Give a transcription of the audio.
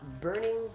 Burning